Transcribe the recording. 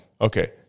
Okay